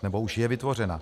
Nebo už je vytvořena.